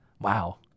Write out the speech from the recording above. Wow